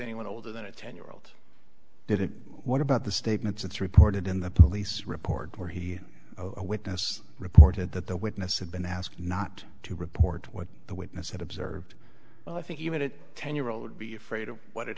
anyone older than a ten year old did it what about the statements it's reported in the police report where he had a witness reported that the witness said been asked not to report what the witness had observed well i think he made it ten year old be afraid of what had